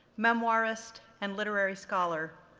memoirist, and literary scholar,